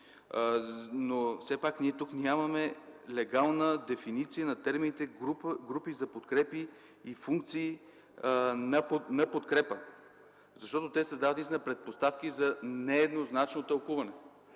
но все пак ние тук нямаме легална дефиниция на термините „група за подкрепа” и „функции на подкрепа”, защото те създават предпоставки за нееднозначно тълкуване.